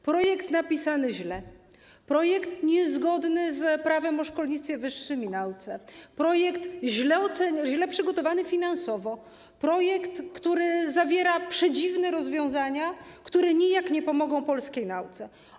Projekt napisany źle, projekt niezgodny z Prawem o szkolnictwie wyższym i nauce, projekt źle przygotowany finansowo, projekt, który zawiera przedziwne rozwiązania, które nijak nie pomogą polskiej nauce.